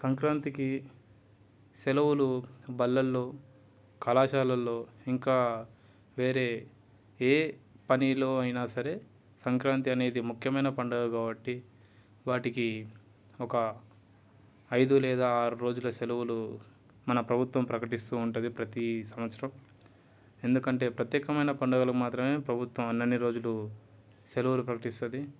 సంక్రాంతికి సెలవులు బళ్ళల్లో కళాశాలలో ఇంకా వేరే ఏ పనిలో అయినా సరే సంక్రాంతి అనేది ముఖ్యమైన పండుగ కాబట్టి వాటికి ఒక ఐదు లేదా ఆరు రోజుల సెలవులు మన ప్రభుత్వం ప్రకటిస్తు ఉంటుంది ప్రతి సంవత్సరం ఎందుకంటే ప్రత్యేకమైన పండుగలు మాత్రమే ప్రభుత్వం అన్నన్ని రోజులు సెలవులు ప్రకటిస్తుంది